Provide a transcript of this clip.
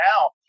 now